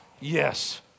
yes